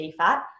DFAT